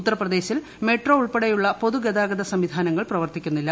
ഉത്തൂർപ്പദേശിൽ metro ഉൾപ്പെടെയുള്ള പൊതുഗതാഗത സംവിധ്യാന്ട്ങൾ പ്രവർത്തിക്കുന്നില്ല